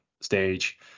stage